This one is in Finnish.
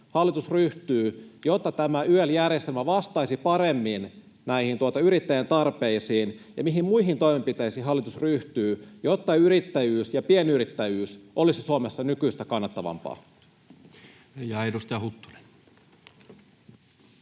hallitus ryhtyy, jotta tämä YEL-järjestelmä vastaisi paremmin näihin yrittäjien tarpeisiin, ja mihin muihin toimenpiteisiin hallitus ryhtyy, jotta yrittäjyys ja pienyrittäjyys olisivat Suomessa nykyistä kannattavampia?